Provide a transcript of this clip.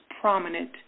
prominent